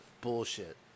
Bullshit